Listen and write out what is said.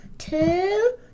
Two